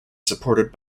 supported